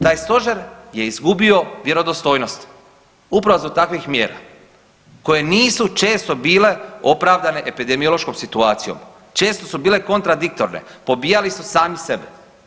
Taj stožer je izgubio vjerodostojnost upravo zbog takvih mjera koje nisu često bile opravdane epidemiološkom situacijom, često su bile kontradiktorne pobijali su sami sebi.